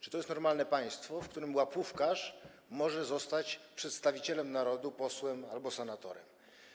Czy to jest normalne państwo, w którym łapówkarz może zostać przedstawicielem narodu, posłem albo senatorem?